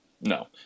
No